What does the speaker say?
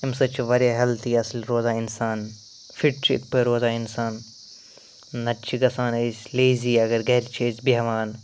اَمہِ سۭتۍ چھِ واریاہ ہیٚلدی اصٕل روزان اِنسان فِٹ چھِ یِتھ پٲٹھۍ روزان اِنسان نَتہٕ چھِ گژھان أسۍ لیزی اگر گھرِ چھِ أسۍ بیٚہوان